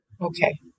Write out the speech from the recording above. Okay